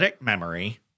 memory